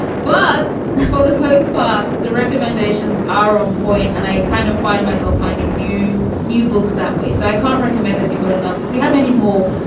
but for the most part, the recommendations are on point. and i kind of find myself finding new new books that way. so i can't recommend those people enough. if we have any more,